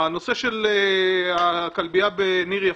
הנושא של הכלבייה בניר-יפה: